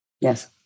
Yes